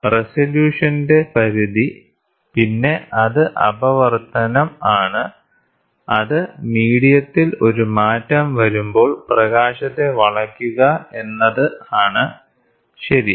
റെസല്യൂഷന്റെ പരിധി പിന്നെ അത് അപവർത്തനം ആണ് അത് മീഡിയത്തിൽ ഒരു മാറ്റം വരുമ്പോൾ പ്രകാശത്തെ വളയ്ക്കുക എന്നത് ആണ് ശരി